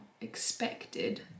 expected